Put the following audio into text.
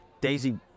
Daisy